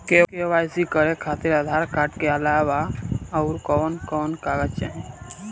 KYC करे खातिर Aadhaar card के अलावा आउरकवन कवन कागज चाहीं?